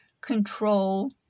control